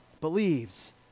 believes